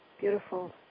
beautiful